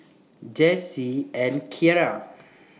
Jessy and Keara